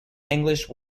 english